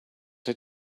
did